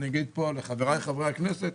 אגיד פה לחבריי חברי הכנסת,